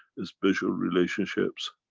special relationships.